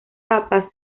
papas